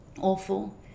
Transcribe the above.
awful